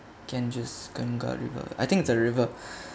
can just kangkar river I think it's a river